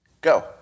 Go